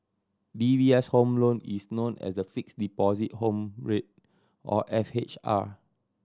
D B S Home Loan is known as the Fixed Deposit Home Rate or F H R